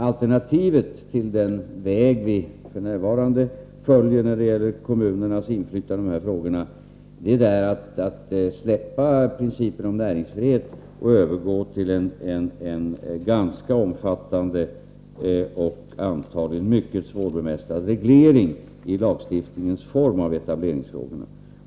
Alternativet till den väg som vi f.n. följer när det gäller kommunernas inflytande i dessa frågor är att släppa principen om näringsfrihet och övergå till en ganska omfattande och antagligen mycket svårbemästrad reglering i lagstiftningsform av etableringsfrågorna.